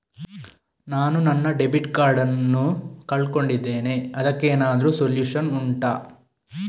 ನಾನು ನನ್ನ debit card ನ್ನು ಕಳ್ಕೊಂಡಿದ್ದೇನೆ ಅದಕ್ಕೇನಾದ್ರೂ ಸೊಲ್ಯೂಷನ್ ಉಂಟಾ